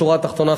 בשורה התחתונה,